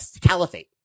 caliphate